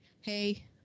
hey